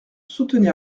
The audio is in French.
soutenir